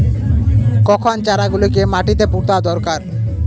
কখন চারা গুলিকে মাটিতে পোঁতা দরকার?